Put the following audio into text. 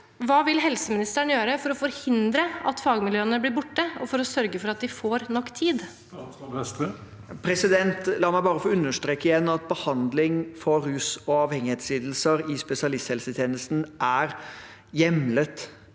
Hva vil helseministeren gjøre for å forhindre at fagmiljøene blir borte, og for å sørge for at de får nok tid? Statsråd Jan Christian Vestre La meg bare understreke igjen at behandling for rus- og avhengighetslidelser i spesialisthelsetjenesten er hjemlet,